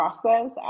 process